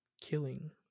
killing